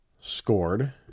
scored